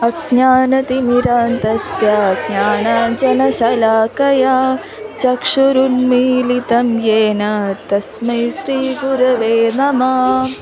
अज्ञानतिमिरान्धस्य ज्ञानाञ्जनशलाखया चक्षुरुन्मीलितं येन तस्मै श्रीगुरवे नमः